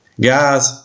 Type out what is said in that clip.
guys